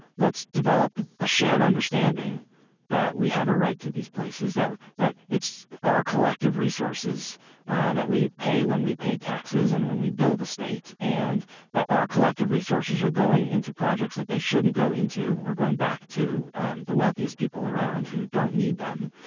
let's development a shared understanding that we have a right to these places, that that it's our collective resources that we pay when we pay taxes and when we build a state, and that our collective resources are going into projects that they shouldn't go into or going back to the wealthiest people around who don't need them.